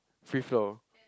free flow